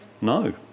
No